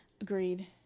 Agreed